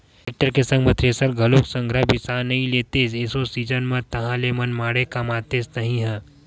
tractor के संग thresher घलोक संघरा बिसा नइ लेतेस एसो सीजन म ताहले मनमाड़े कमातेस तही ह